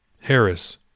Harris